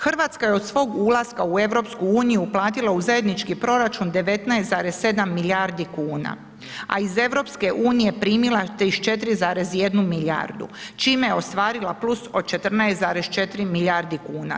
Hrvatska je od svog ulaska u EU uplatila u zajednički proračun 19,7 milijardi kuna a iz EU primila 34,1 milijardu čime je ostvarila plus od 14,4 milijardi kuna.